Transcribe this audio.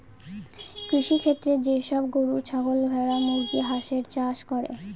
কৃষিক্ষেত্রে যে সব গরু, ছাগল, ভেড়া, মুরগি, হাঁসের চাষ করে